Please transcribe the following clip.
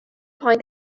find